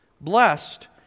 Blessed